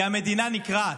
כי המדינה נקרעת.